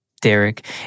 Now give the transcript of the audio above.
Derek